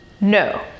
No